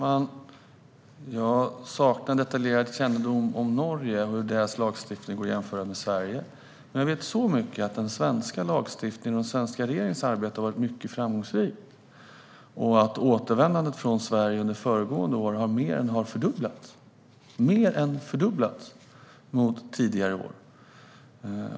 Fru talman! Jag saknar detaljerad kännedom om hur Norges lagstiftning går att jämföra med Sveriges. Men jag vet så mycket som att den svenska lagstiftningen och den svenska regeringens arbete har varit mycket framgångsrika och att återvändandet från Sverige under föregående år mer än fördubblades jämfört med tidigare år.